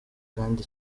kandi